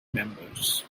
members